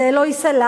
זה לא ייסלח,